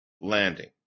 landing